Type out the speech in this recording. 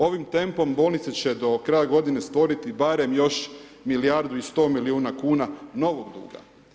Ovim tempom bolnice će do kraja godine stvoriti barem još milijardu i 100 milijuna kuna novog duga.